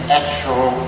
actual